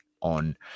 On